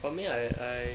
for me I I